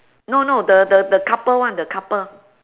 no no the the the couple one the couple